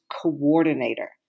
coordinator